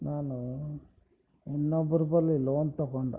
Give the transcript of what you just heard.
ನಾನು ಇನ್ನೊಬ್ರ ಬಳಿ ಲೋನ್ ತೊಗೊಂಡೆ